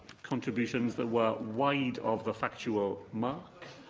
contributions that were wide of the factual mark.